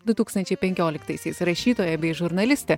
du tūkstančiai penkioliktaisiais rašytoja bei žurnalistė